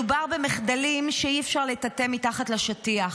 מדובר במחדלים שאי-אפשר לטאטא מתחת לשטיח.